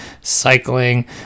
cycling